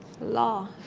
law